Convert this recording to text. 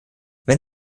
wenn